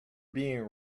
being